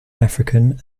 african